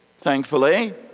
thankfully